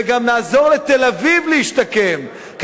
וגם נעזור לתל-אביב להשתקם,